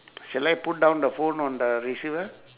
shall I put down the phone on the receiver